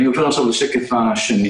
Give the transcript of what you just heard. אני עובר עכשיו לשקף השני.